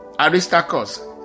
Aristarchus